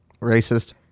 Racist